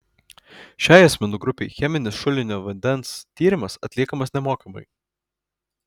šiai asmenų grupei cheminis šulinio vandens tyrimas atliekamas nemokamai